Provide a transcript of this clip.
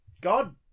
god